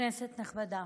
כנסת נכבדה,